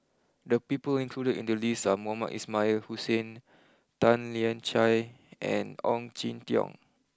the people included in the list are Mohamed Ismail Hussain Tan Lian Chye and Ong Jin Teong